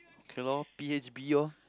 okay lor p_h_b orh